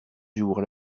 jour